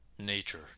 nature